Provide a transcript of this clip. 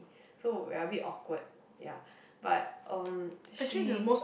so we're a bit awkward ya but um she